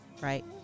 right